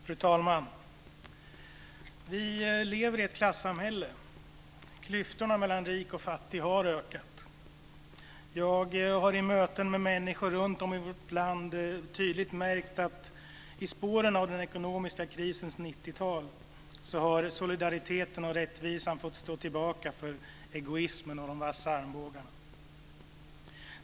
Fru talman! Vi lever i ett klassamhälle. Klyftorna mellan rik och fattig har ökat. Jag har i möten med människor runtom i vårt land tydligt märkt att i spåren av den ekonomiska krisens 90-tal har solidariteten och rättvisan fått stå tillbaka för egoismen och de vassa armbågarna.